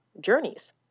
journeys